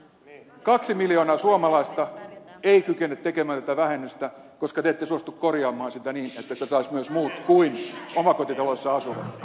kaksi miljoonaa suomalaista ei kykene tekemään tätä vähennystä koska te ette suostu korjaamaan sitä niin että sitä saisivat myös muut kuin omakotitaloissa asuvat